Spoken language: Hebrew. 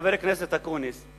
חבר הכנסת אקוניס.